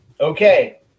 Okay